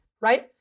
Right